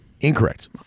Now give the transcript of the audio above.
Incorrect